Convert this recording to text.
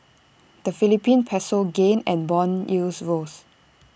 the Philippine Peso gained and Bond yields rose